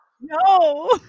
No